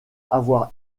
avoir